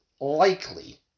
likely